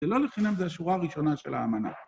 ולא לחינם זה השורה הראשונה של האמנה.